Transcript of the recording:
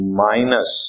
minus